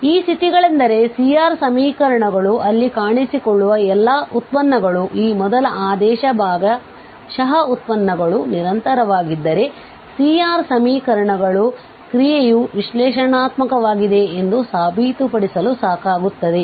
ಆದ್ದರಿಂದ ಈ ಸ್ಥಿತಿಗಳೆಂದರೆ C R ಸಮೀಕರಣಗಳು ಅಲ್ಲಿ ಕಾಣಿಸಿಕೊಳ್ಳುವ ಎಲ್ಲಾ ಉತ್ಪನ್ನಗಳು ಈ ಮೊದಲ ಆದೇಶ ಭಾಗಶಃ ಉತ್ಪನ್ನಗಳು ನಿರಂತರವಾಗಿದ್ದರೆ C R ಸಮೀಕರಣಗಳು ಕ್ರಿಯೆಯು ವಿಶ್ಲೇಷಣಾತ್ಮಕವಾಗಿದೆ ಎಂದು ಸಾಬೀತುಪಡಿಸಲು ಸಾಕಾಗುತ್ತದೆ